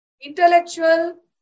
intellectual